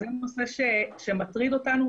אז זה נושא שמטריד אותנו.